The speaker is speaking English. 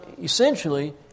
essentially